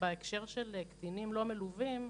בהקשר של קטינים לא מלווים,